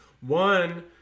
One